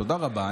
תודה רבה,